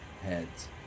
heads